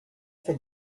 for